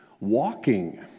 walking